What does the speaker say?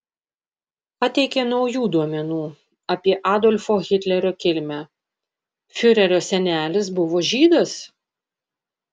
pateikė naujų duomenų apie adolfo hitlerio kilmę fiurerio senelis buvo žydas